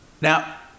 Now